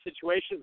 situations